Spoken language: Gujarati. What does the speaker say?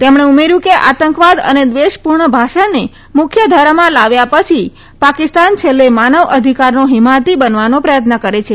તેમણે ઉમેર્યું કે આતંકવાદ અને દ્વેષપૂર્ણ ભાષણને મુખ્યધારામાં લાવ્યા પછી પાકિસ્તાન છેલ્લે માનવ અધિકારનો હિમાયતી બનવાનો પ્રયત્ન કરે છે